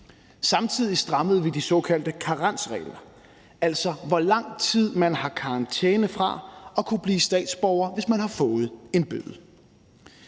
Samtidig strammede vi de såkaldte karensregler, altså hvor lang tid man har karantæne fra at kunne blive statsborger, hvis man har fået en bøde.